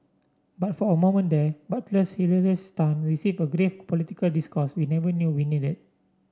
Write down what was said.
but for a moment there Butler's hilarious stunt received a grave political discourse we never knew we needed